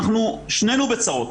שנינו בצרות.